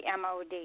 MOD